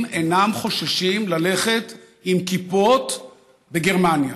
אינם חוששים ללכת עם כיפות בגרמניה.